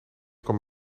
kwam